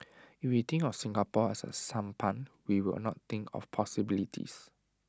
if we think of Singapore as A sampan we will not think of possibilities